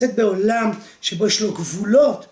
זה בעולם שבו יש לו גבולות?